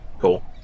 Cool